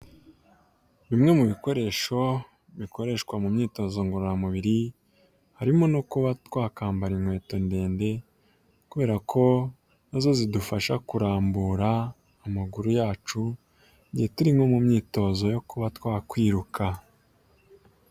Bimwe mu bikoresho bikoreshwa mu myitozo ngororamubiri harimo no kuba twakambara inkweto ndende kubera ko na zo zidufasha kurambura amaguru yacu turi nko mu myitozo yo kuba twakwiruka.